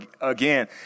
again